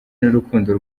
n’urukundo